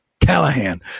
Callahan